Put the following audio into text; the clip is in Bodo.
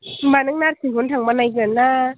होम्बा नों नार्सिंखौनो थांमारगोन ना